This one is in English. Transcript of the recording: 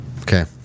Okay